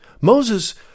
Moses